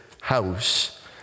house